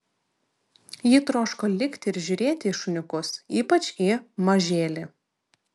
ji troško likti ir žiūrėti į šuniukus ypač į mažėlį